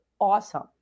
awesome